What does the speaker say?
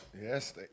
Yes